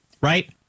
right